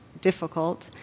difficult